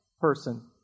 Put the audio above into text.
person